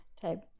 type